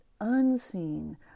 unseen